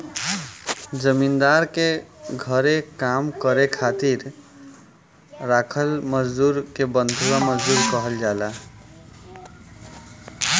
जमींदार के घरे काम करे खातिर राखल मजदुर के बंधुआ मजदूर कहल जाला